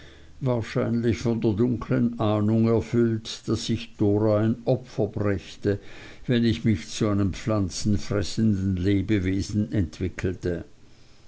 wahrscheinlich von der dunkeln ahnung erfüllt daß ich dora ein opfer brächte wenn ich mich zu einem pflanzenfressenden lebewesen entwickelte